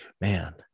man